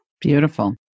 Beautiful